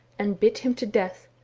and bit him to death,